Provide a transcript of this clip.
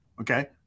Okay